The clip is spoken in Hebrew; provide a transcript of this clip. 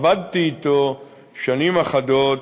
עבדתי אתו שנים אחדות,